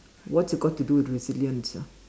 what's it got to do with resilience ah